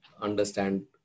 understand